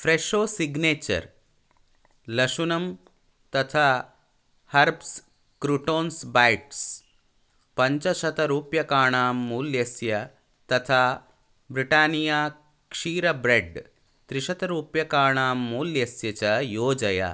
Fresho signature लशुनं तथा herbs croutons bites पञ्चशतरूप्यकाणां मूल्यस्य तथा ब्रिटानिया क्षीरब्रेड् त्रिशतरूप्यकाणां मूल्यस्य च योजय